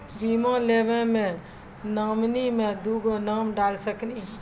बीमा लेवे मे नॉमिनी मे दुगो नाम डाल सकनी?